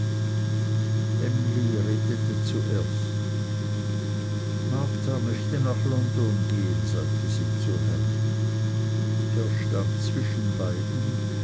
emly redete zuerst marta möchte nach london gehen sagte sie zu ham er stand zwischen beiden